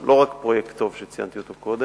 לא רק פרויקט טו"ב, שציינתי אותו קודם,